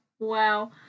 Wow